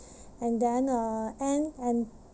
and then uh end and